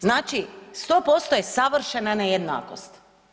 Znači 100% je savršena nejednakost.